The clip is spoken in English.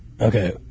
Okay